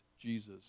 Jesus